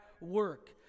work